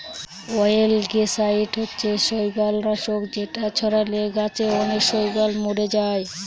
অয়েলগেসাইড হচ্ছে শৈবাল নাশক যেটা ছড়ালে গাছে অনেক শৈবাল মোরে যায়